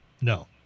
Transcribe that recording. No